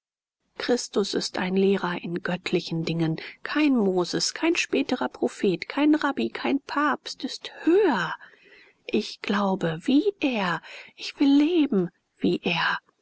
christus ist ein lehrer in göttlichen dingen kein moses kein späterer prophet kein rabbi kein papst ist höher ich glaube wie er ich will leben wie er